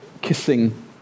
kissing